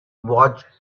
watched